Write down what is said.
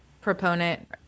proponent